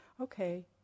okay